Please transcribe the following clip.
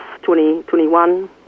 2021